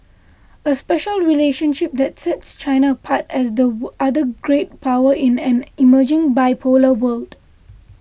a special relationship that sets China apart as the other great power in an emerging bipolar world